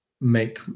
make